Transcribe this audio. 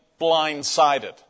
blindsided